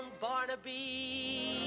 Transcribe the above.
Barnaby